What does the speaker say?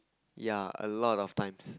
ya a lot of times